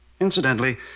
Incidentally